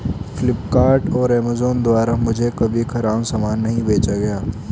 फ्लिपकार्ट और अमेजॉन द्वारा मुझे कभी खराब सामान नहीं बेचा गया